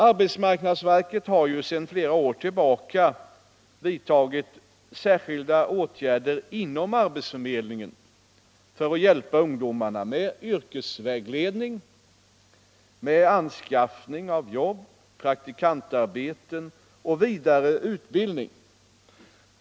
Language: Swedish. Arbetsmarknadsverket har sedan flera år vidtagit särskilda åtgärder inom arbetsförmedlingen för att hjälpa ungdomen med yrkesvägledning, anskaffning av jobb, praktikantarbeten och vidareutbildning.